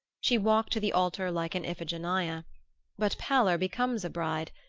she walked to the altar like an iphigenia but pallor becomes a bride,